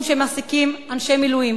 שמעסיקים אנשי מילואים.